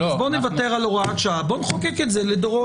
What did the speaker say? אז בואו נחוקק את זה לדורות.